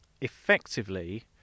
effectively